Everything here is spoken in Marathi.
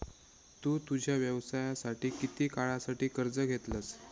तु तुझ्या व्यवसायासाठी किती काळासाठी कर्ज घेतलंस?